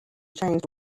changed